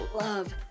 love